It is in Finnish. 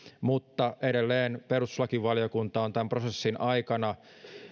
mutta edelleen perustuslakivaliokunta on tämän prosessin aikana